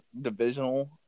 divisional